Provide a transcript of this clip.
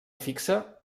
fixa